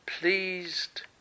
pleased